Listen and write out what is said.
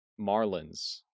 Marlins